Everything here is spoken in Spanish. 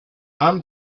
han